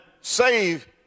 save